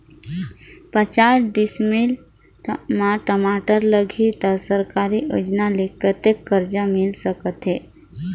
पचास डिसमिल मा टमाटर लगही त सरकारी योजना ले कतेक कर्जा मिल सकथे?